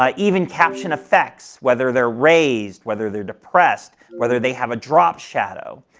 um even caption effects, whether they are raised, whether they are depressed, whether they have a drop shadow.